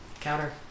Counter